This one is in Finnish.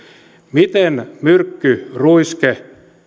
miten myrkkyruiske